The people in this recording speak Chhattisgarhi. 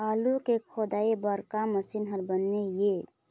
आलू के खोदाई बर का मशीन हर बने ये?